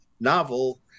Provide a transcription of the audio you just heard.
novel